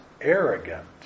arrogant